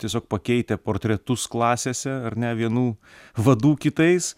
tiesiog pakeitę portretus klasėse ar ne vienų vadų kitais